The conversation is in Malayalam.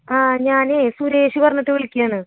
ആ ഞാൻ സുരേഷ് പറഞ്ഞിട്ട് വിളിക്കയാണ്